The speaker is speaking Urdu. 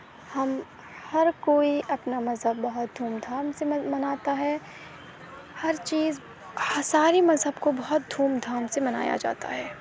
ہم ہر کوئی اپنا مذہب بہت دھوم دھام سے مناتا ہے ہر چیز ہر سارے مذہب کو بہت دھوم دھام سے منایا جاتا ہے